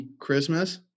Christmas